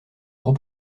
gros